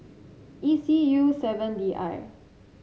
E C U seven D I